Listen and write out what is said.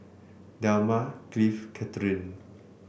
Delmar Cliff Cathryn